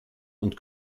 und